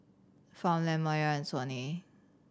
Farmland Mayer and Sony